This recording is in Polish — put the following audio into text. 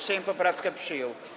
Sejm poprawkę przyjął.